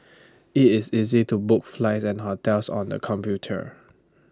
IT is easy to book flight and hotel on the computer